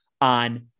on